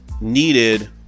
needed